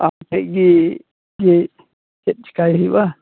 ᱟᱡᱴᱷᱮᱡ ᱜᱮ ᱡᱮ ᱪᱮᱫ ᱪᱤᱠᱟᱭ ᱦᱩᱭᱩᱜᱼᱟ